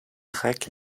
drag